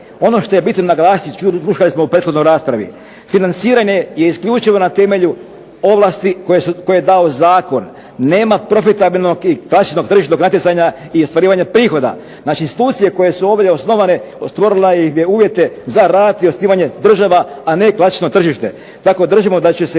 Ono što je bitno naglasiti, …/Ne razumije se./… prethodnoj raspravi, financiranje je isključivo na temelju ovlasti koje je dao zakon, nema profitabilnog i klasičnog tržišnog natjecanja i ostvarivanja prihoda, znači institucije koje su ovdje osnovane stvorila im je uvjete za rad i osnivanje država, a ne klasično tržište, tako držimo da će se